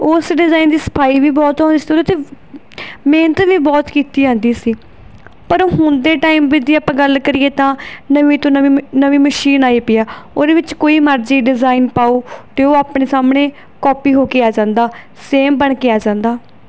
ਉਸ ਡਿਜ਼ਇਨ ਦੀ ਸਫਾਈ ਵੀ ਬਹੁਤ ਆਉਂਦੀ ਸੀ ਅਤੇ ਉਹਦੇ 'ਤੇ ਮਿਹਨਤ ਵੀ ਬਹੁਤ ਕੀਤੀ ਜਾਂਦੀ ਸੀ ਪਰ ਹੁਣ ਦੇ ਟਾਈਮ ਬਈ ਦੀ ਆਪਾਂ ਗੱਲ ਕਰੀਏ ਤਾਂ ਨਵੀਂ ਤੋਂ ਨਵੀਂ ਨਵੀਂ ਮਸ਼ੀਨ ਆਈ ਹੋਈ ਆ ਉਹਦੇ ਵਿੱਚ ਕੋਈ ਮਰਜ਼ੀ ਡਿਜ਼ਾਇਨ ਪਾਓ ਅਤੇ ਉਹ ਆਪਣੇ ਸਾਹਮਣੇ ਕੋਪੀ ਹੋ ਕੇ ਆ ਜਾਂਦਾ ਸੇਮ ਬਣ ਕੇ ਆ ਜਾਂਦਾ